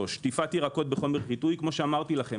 שטיפת ירקות בחומר חיטוי כפי שאמרתי לכם,